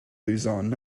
luzon